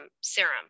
serum